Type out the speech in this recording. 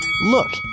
Look